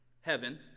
heaven